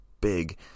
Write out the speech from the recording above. big